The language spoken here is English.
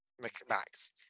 Max